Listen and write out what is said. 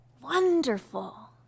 wonderful